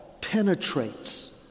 penetrates